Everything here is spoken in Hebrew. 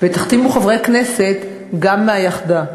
ותחתימו חברי כנסת גם מהיחדה,